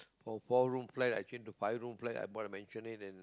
from four room flat I change to five room flat I bought and mansionette it and